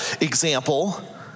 example